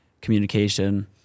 communication